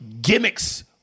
gimmicks